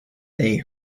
they